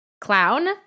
clown